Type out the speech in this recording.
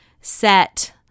set